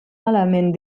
element